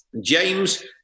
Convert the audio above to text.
James